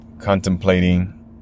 contemplating